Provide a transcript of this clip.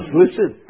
listen